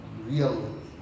real